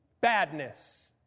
badness